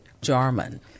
Jarman